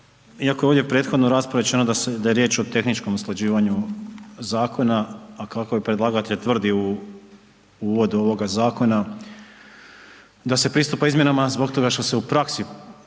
iako je ovdje prethodno rasprave rečeno da se, da je riječ o tehničkom usklađivanju zakona, a kako predlagatelj tvrdi u uvodu ovoga zakona da se pristupa izmjenama zbog toga što se u praksi ukazala